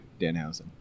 Danhausen